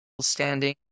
standing